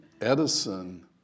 Edison